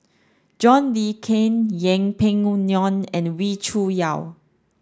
John Le Cain Yeng Pway Ngon and Wee Cho Yaw